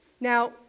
Now